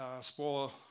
spoil